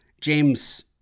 James